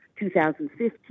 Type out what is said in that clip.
2015